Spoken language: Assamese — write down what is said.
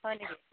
হয় নেকি